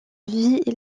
vie